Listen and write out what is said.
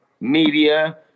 Media